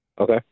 Okay